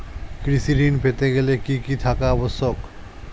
কৃষি ঋণ পেতে গেলে কি কি থাকা আবশ্যক?